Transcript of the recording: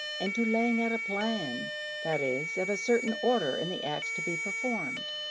and to laying out a plan that is, of a certain order in the acts to be performed.